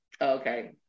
Okay